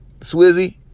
Swizzy